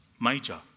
major